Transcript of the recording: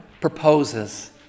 proposes